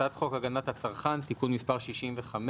הצעת חוק הגנת הצרכן (תיקון מס' 65)